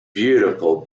beautiful